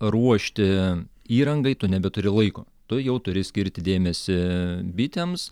ruošti įrangai tu nebeturi laiko tu jau turi skirti dėmesį bitėms